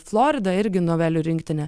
florida irgi novelių rinktinė